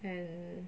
and